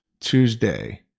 Tuesday